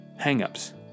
hangups